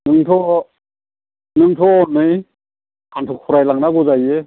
नोंथ' नोंथ' हनै हान्थुखरायलांनांगौ जायो